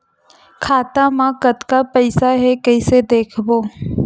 खाता मा कतका पईसा हे कइसे देखबो?